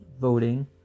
voting